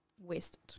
wasted